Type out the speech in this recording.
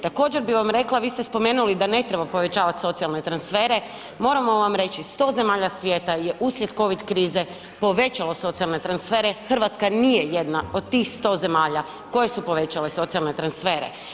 Također bi vam rekla, vi ste spomenuli da ne treba povećavat socijalne transfere, moramo vam reći 100 zemalja svijeta je uslijed covid krize povećalo socijalne transfere, Hrvatska nije jedna od tih 100 zemalja koje su povećale socijalne transfere.